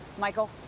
Michael